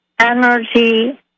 energy